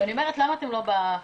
ואני שואלת למה אתם לא בחקלאות.